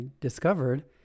discovered